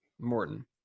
Morton